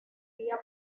vía